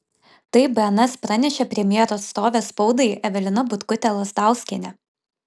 tai bns pranešė premjero atstovė spaudai evelina butkutė lazdauskienė